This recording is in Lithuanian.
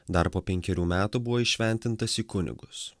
dar po penkerių metų buvo įšventintas į kunigus